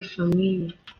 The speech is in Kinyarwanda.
famille